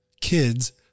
kids